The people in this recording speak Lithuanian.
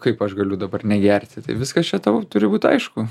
kaip aš galiu dabar negerti tai viskas čia tau turi būt aišku